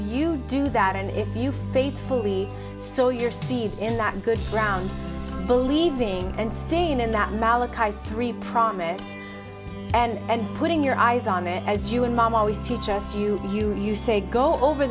you do that and if you faithfully so your seed in that good ground believing and staying in that malak three promise and putting your eyes on it as you and mom always teach us you you you say go over